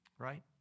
right